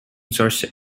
source